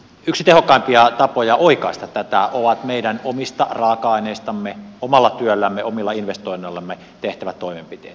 yksi tehokkaimpia tapoja oikaista tätä on meidän omista raaka aineistamme omalla työllämme omilla investoinneillamme tehtävät toimenpiteet